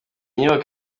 nyubako